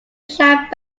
shad